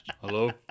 Hello